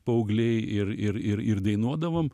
paaugliai ir ir ir ir dainuodavom